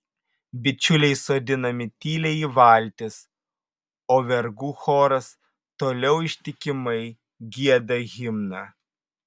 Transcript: bičiuliai sodinami tyliai į valtis o vergų choras toliau ištikimai gieda himną